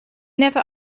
never